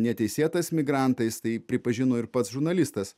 neteisėtas migrantais tai pripažino ir pats žurnalistas